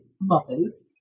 mothers